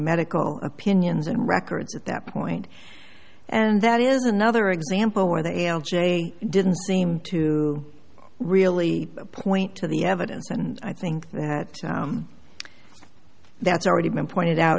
medical opinions and records at that point and that is another example where the a l j didn't seem to really point to the evidence and i think that that's already been pointed out